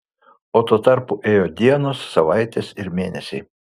o tuo tarpu ėjo dienos savaitės ir mėnesiai